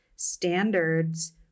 standards